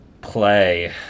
play